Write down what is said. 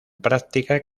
práctica